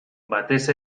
batez